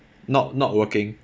not not working